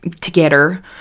together